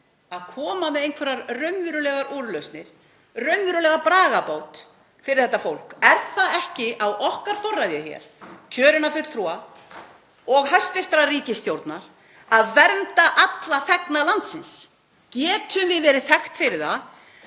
að koma með einhverjar raunverulegar úrlausnir, raunverulega bragarbót fyrir þetta fólk? Er það ekki á okkar forræði hér, kjörinna fulltrúa og hæstv. ríkisstjórnar, að vernda alla þegna landsins? Getum við verið þekkt fyrir það